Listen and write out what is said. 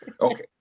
Okay